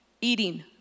eating